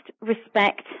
Respect